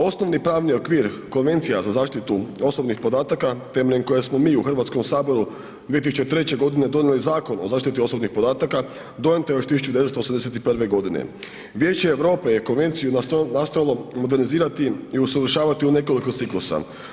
Osnovni pravni okvir, Konvencija za zaštitu osobnih podataka temeljem koje smo mi u HS-u 2003. g. donijeli Zakon o zaštiti osobnih podataka, donijet je još 1981. g. Vijeće Europe je konvenciju nastojalo modernizirati i usavršavati u nekoliko ciklusa.